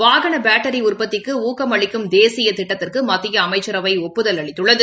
வாகனபேட்டரிஉற்பத்திக்குஊக்கமளிக்கும் தேசியதிட்டத்திற்குமத்தியஅமைச்சரவைஒப்புதல் அளித்துள்ளது